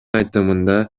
айтымында